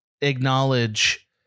acknowledge